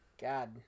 God